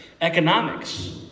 economics